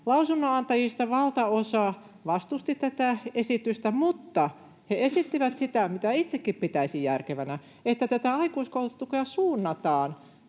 Lausunnonantajista valtaosa vastusti tätä esitystä, mutta he esittivät sitä, mitä itsekin pitäisin järkevänä, että tätä aikuiskoulutustukea suunnataan